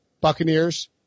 Buccaneers